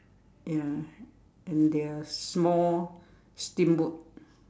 ya and their small steamboat